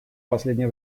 последнее